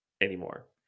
anymore